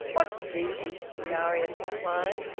what be these? darius inquired.